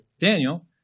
Daniel